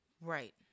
Right